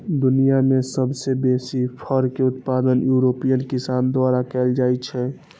दुनिया मे सबसं बेसी फर के उत्पादन यूरोपीय किसान द्वारा कैल जाइ छै